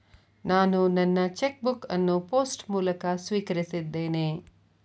ನಾನು ನನ್ನ cheque book ಅನ್ನು ಪೋಸ್ಟ್ ಮೂಲಕ ಸ್ವೀಕರಿಸಿದ್ದೇನೆ